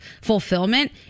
fulfillment